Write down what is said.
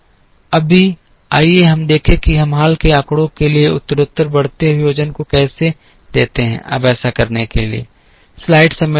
अभी आइए हम देखें कि हम हाल के आंकड़ों के लिए उत्तरोत्तर बढ़ते हुए वजन को कैसे देते हैं अब ऐसा करने के लिए